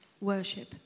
worship